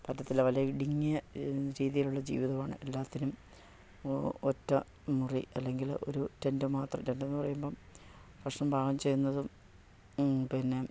പറ്റത്തില്ല വല ഇടുങ്ങിയ രീതിയിലുള്ള ജീവിതമാണ് എല്ലാത്തിനും ഒറ്റ മുറി അല്ലെങ്കിൽ ഒരു ടെൻറ്റ് മാത്രം ടെൻ്റെന്ന് പറയുമ്പം ഭക്ഷണം പാകം ചെയ്യുന്നതും പിന്നെ